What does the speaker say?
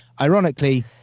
Ironically